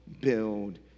build